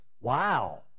Wow